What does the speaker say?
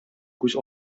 күз